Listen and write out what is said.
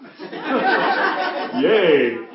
Yay